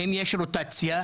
תגידו לי עם מי הרוטציה?